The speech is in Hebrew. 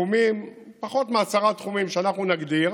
בפחות מעשרה תחומים שאנחנו נגדיר.